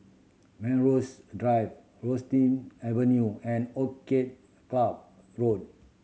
Melrose Drive Rosything Avenue and Orchid Club Road